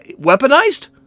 weaponized